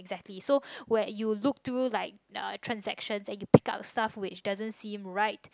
exactly so where you look to those like transactions and you pick up stuff that doesn't seem right